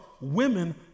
women